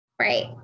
right